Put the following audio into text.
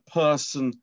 person